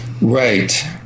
Right